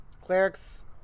Clerics